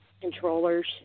controllers